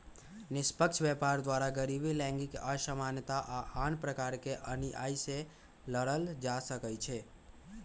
निष्पक्ष व्यापार द्वारा गरीबी, लैंगिक असमानता आऽ आन प्रकार के अनिआइ से लड़ल जा सकइ छै